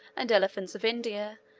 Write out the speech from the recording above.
and elephants of india,